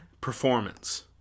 performance